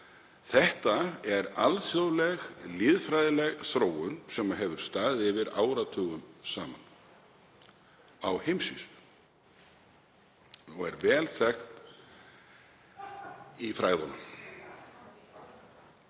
Það er alþjóðleg lýðfræðileg þróun sem hefur staðið yfir áratugum saman á heimsvísu og er vel þekkt í fræðunum.